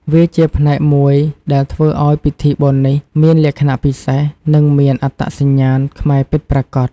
វាជាផ្នែកមួយដែលធ្វើឲ្យពិធីបុណ្យនេះមានលក្ខណៈពិសេស និងមានអត្តសញ្ញាណខ្មែរពិតប្រាកដ។